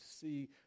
see